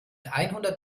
einhundert